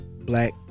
black